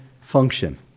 function